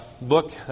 book